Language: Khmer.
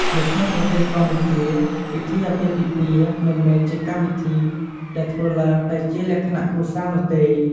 នៅក្នុងប្រទេសកម្ពុជា ពិធីអាពាហ៍ពិពាហ៍មិនមែនជាកម្មវិធីដែលធ្វើឡើងតែជាលក្ខណៈគ្រួសារនោះទេ។